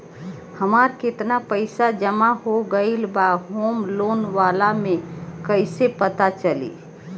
हमार केतना पईसा जमा हो गएल बा होम लोन वाला मे कइसे पता चली?